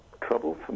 trouble